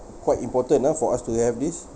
quite important enough for us to have this